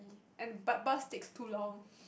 and but bus takes too long